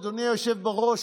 אדוני היושב-ראש,